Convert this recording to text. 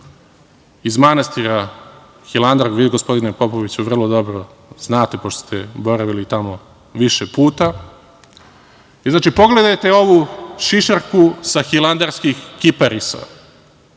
iz manastira Hilandar, vi gospodine Popoviću vrlo dobro znate pošto ste boravili tamo više puta, znači pogledajte ovu šišarku sa hilandarskih kiparisa.